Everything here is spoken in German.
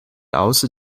außer